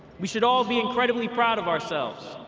we should all be incredibly proud of ourselves.